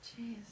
Jeez